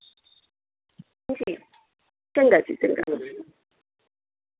जी चंगा जी चंगा